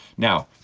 now,